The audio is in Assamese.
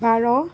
বাৰ